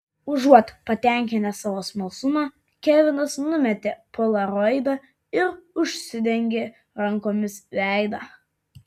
užuot patenkinęs savo smalsumą kevinas numetė polaroidą ir užsidengė rankomis veidą